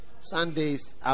Sundays